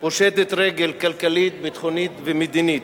פושטת רגל כלכלית, ביטחונית ומדינית,